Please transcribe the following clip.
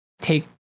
take